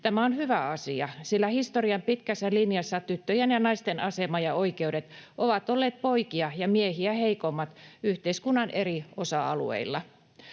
Tämä on hyvä asia, sillä historian pitkässä linjassa tyttöjen ja naisten asema ja oikeudet ovat olleet poikia ja miehiä heikommat yhteiskunnan eri osa-alueilla.